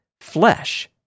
flesh